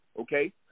okay